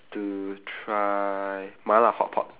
to try mala hotpot